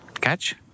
Catch